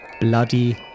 Bloody